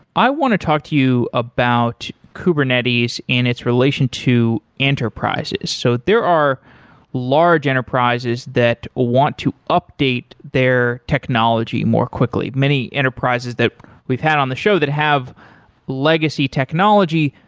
i want to talk to you about kubernetes and its relation to enterprise. so there are large enterprises that want to update their technology more quickly. many enterprises that we've had on the show that have legacy technology,